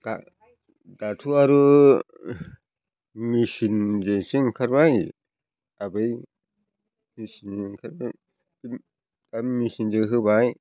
दाथ' आरो मेसिनसो ओंखारबाय दा बै मेसिनजों होबाय